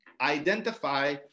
identify